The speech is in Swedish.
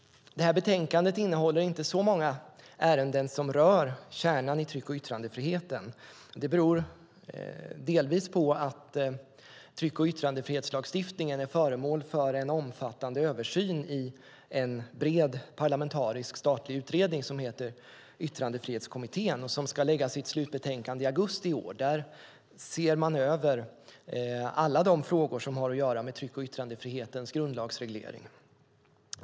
Betänkandet behandlar inte så många ärenden som rör kärnan i tryck och yttrandefriheten. Det beror delvis på att tryck och yttrandefrihetslagstiftningen är föremål för en omfattande översyn i en bred parlamentarisk statlig utredning som heter Yttrandefrihetskommittén och som ska lägga fram sitt slutbetänkande i augusti i år. Där ser man över alla de frågor som har att göra med tryck och yttrandefrihetens grundlagsreglering.